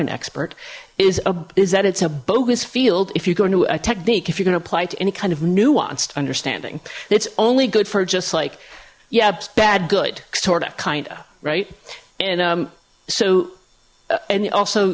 an expert is is that it's a bogus field if you go into a technique if you're gonna apply to any kind of nuanced understanding it's only good for just like yeah it's bad good sorta kinda right and so and also